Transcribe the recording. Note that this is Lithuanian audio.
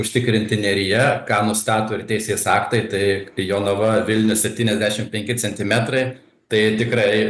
užtikrinti neryje ką nustato ir teisės aktai tai jonava vilnius septyniasdešim penki centimetrai tai tikrai